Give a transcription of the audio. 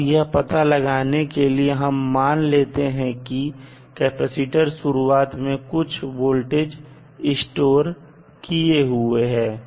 अब यह पता लगाने के लिए हम मान लेते हैं कि कैपेसिटर शुरुआत में कुछ वोल्टेज स्टोर किए हुए हैं